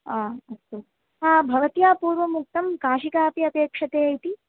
हा अस्तु भवत्या पूर्वम् उक्तं काशिका अपि अपेक्षते इति